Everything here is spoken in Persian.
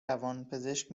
روانپزشک